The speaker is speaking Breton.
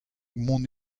mont